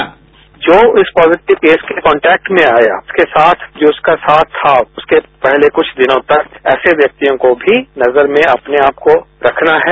bite जो इस positive case से कॉन्टेक्ट में आया उसके साथ जो उसके साथ था उसके पहले कुछ दिनों तक ऐसे व्यक्तियों को भी नजर में अपने आप को रखना है